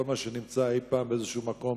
כל מה שנמצא אי-פעם באיזשהו מקום,